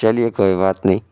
چلیے کوئی بات نہیں